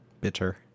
Bitter